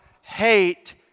hate